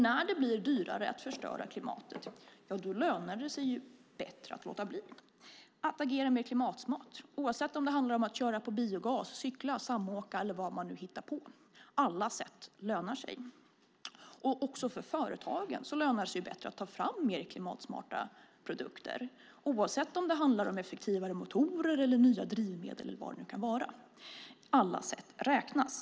När det blir dyrare att förstöra klimatet lönar det sig bättre att låta bli och agera mer klimatsmart, oavsett om det handlar om att köra på biogas, cykla, samåka eller vad man nu hittar på. Alla sätt lönar sig. Också för företagen lönar det sig att ta fram mer klimatsmarta produkter oavsett om det handlar om effektivare motorer eller nya drivmedel. Alla sätt räknas.